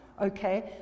okay